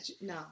no